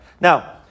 Now